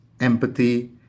empathy